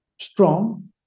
strong